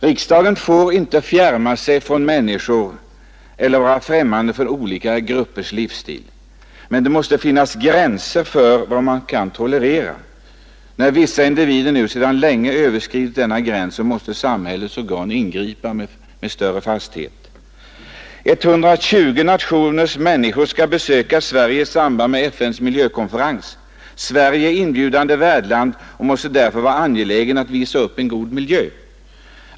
Riksdagen får inte fjärma sig från människorna eller vara främmande för olika gruppers livsstil, men det måste finnas en gräns för vad som kan tolereras. När vissa individer nu sedan länge överskridit denna gräns måste samhällets organ ingripa med större fasthet. 120 nationers människor skall besöka Sverige i samband med FN:s miljövårdskonferens. Sverige är inbjudande värdland och måste därför vara angeläget att visa upp en god miljö.